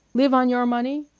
live on your money?